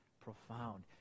profound